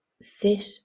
sit